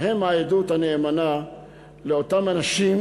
הם העדות הנאמנה לאותם אנשים,